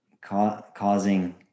causing